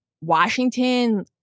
Washington